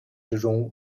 之中